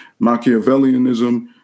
Machiavellianism